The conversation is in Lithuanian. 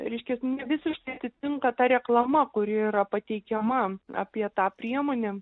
reiškias ne visiškai atitinka ta reklama kuri yra pateikiama apie tą priemonę